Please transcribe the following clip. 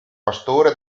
pastore